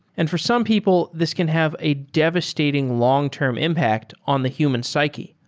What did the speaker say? and for some people, this can have a devastating long-term impact on the human psyche.